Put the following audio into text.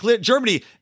Germany